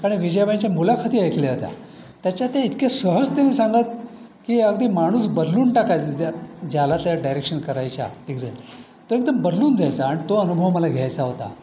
कारण विजयाबाईंच्या मुलाखती ऐकल्या होत्या त्याच्या त्या इतक्या सहजतेने सांगत की अगदी माणूस बदलून टाकायचं ज्या ज्याला त्या डायरेक्शन करायच्या तिकडे तो एकदम बदलून जायचा आणि तो अनुभव मला घ्यायचा होता